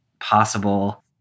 possible